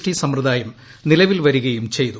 T സമ്പ്രദായം നിലവിൽ വരുകയും ചെയ്തു